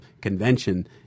convention